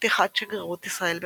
פתיחת שגרירות ישראל בוורשה,